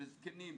בזקנים,